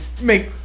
make